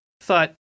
thought